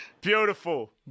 beautiful